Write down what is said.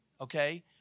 Okay